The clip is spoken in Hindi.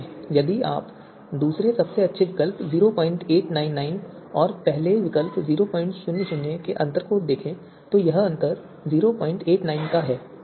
यदि आप दूसरे सबसे अच्छे विकल्प 0899 और पहले विकल्प 000 के अंतर को देखें तो अंतर 089 है